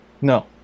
no